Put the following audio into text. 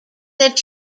that